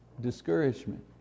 discouragement